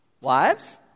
wives